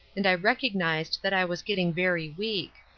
and i recognized that i was getting very weak.